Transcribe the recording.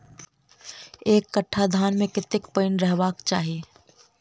एक कट्ठा धान मे कत्ते पानि रहबाक चाहि?